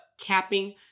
capping